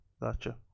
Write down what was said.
Gotcha